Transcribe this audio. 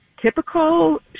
typical